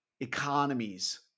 economies